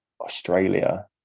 Australia